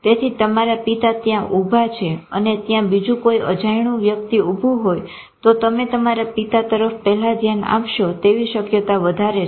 તેથી તમારા પિતા ત્યાં ઉભા છે અને ત્યાં બીજું કોઈ અજાયણું વ્યક્તિ ઉભું હોય તો તમે તમારા પિતા તરફ પહેલા ધ્યાન આપશો તેવી શક્યતા વધારે છે